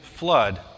Flood